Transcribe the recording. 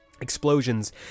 Explosions